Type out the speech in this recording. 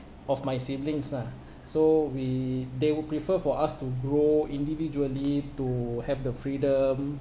of my siblings lah so we they will prefer for us to grow individually to have the freedom